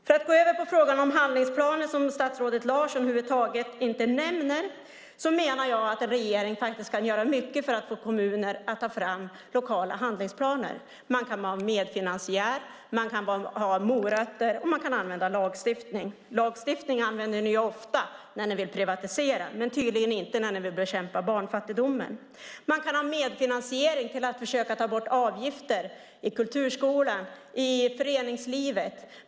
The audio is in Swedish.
För att gå över till frågan om handlingsplan, som statsrådet Larsson över huvud taget inte nämner, menar jag att en regering kan göra mycket för att få kommuner att ta fram lokala handlingsplaner. Man kan vara medfinansiär, man kan använda morötter och lagstiftning. Lagstiftning använder ni ofta när ni vill privatisera, men tydligen inte när ni behöver bekämpa barnfattigdomen. Man kan ha medfinansiering eller försöka ta bort avgifter i Kulturskolan och i föreningslivet.